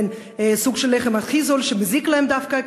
בין לחם שהוא הכי זול ומזיק להם דווקא,